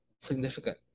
significant